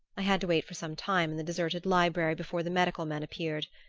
i had to wait for some time in the deserted library before the medical men appeared.